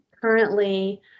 Currently